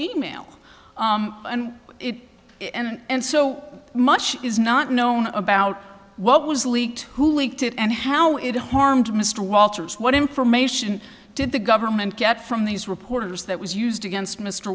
e mail and it and so much is not known about what was leaked who leaked it and how it harmed mr walters what information did the government get from these reporters that was used against mr